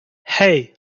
hey